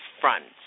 fronts